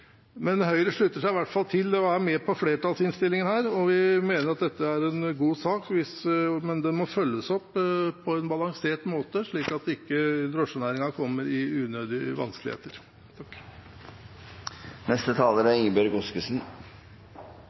Høyre slutter seg i hvert fall til og er med på flertallsinnstillingen. Vi mener at dette er en god sak, men den må følges opp på en balansert måte, slik at ikke drosjenæringen kommer i unødige vanskeligheter.